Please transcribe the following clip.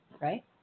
right